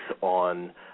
on